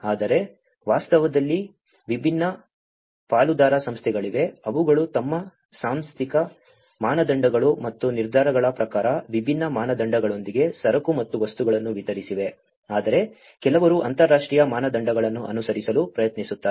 ಆದರೆ ವಾಸ್ತವದಲ್ಲಿ ವಿಭಿನ್ನ ಪಾಲುದಾರ ಸಂಸ್ಥೆಗಳಿವೆ ಅವುಗಳು ತಮ್ಮ ಸಾಂಸ್ಥಿಕ ಮಾನದಂಡಗಳು ಮತ್ತು ನಿರ್ಧಾರಗಳ ಪ್ರಕಾರ ವಿಭಿನ್ನ ಮಾನದಂಡಗಳೊಂದಿಗೆ ಸರಕು ಮತ್ತು ವಸ್ತುಗಳನ್ನು ವಿತರಿಸಿವೆ ಆದರೆ ಕೆಲವರು ಅಂತರರಾಷ್ಟ್ರೀಯ ಮಾನದಂಡಗಳನ್ನು ಅನುಸರಿಸಲು ಪ್ರಯತ್ನಿಸುತ್ತಾರೆ